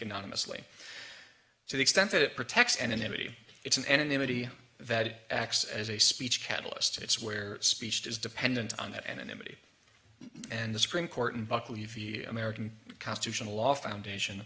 anonymously to the extent that it protects anonymity it's an enemy that it acts as a speech catalyst it's where speech is dependent on that anonymity and the supreme court and buckley v american constitutional law foundation